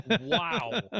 Wow